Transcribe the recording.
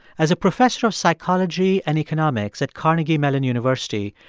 as a professor of psychology and economics at carnegie mellon university,